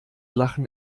lachen